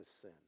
sin